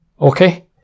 okay